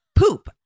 poop